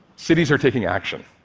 cities are taking action.